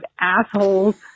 assholes